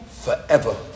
forever